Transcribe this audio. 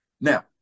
now